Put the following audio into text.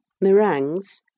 Meringues